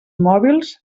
mòbils